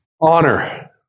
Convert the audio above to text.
Honor